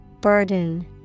Burden